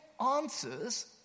answers